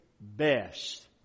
best